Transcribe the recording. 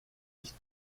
nicht